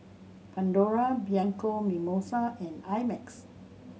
Pandora Bianco Mimosa and I Max